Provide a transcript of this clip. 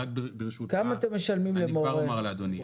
אני כבר אומר לאדוני.